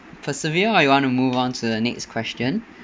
persevere or you want to move on to the next question